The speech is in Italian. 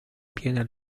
piena